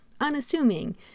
unassuming